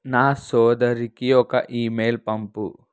నా సోదరికి ఒక ఈమెయిల్ పంపు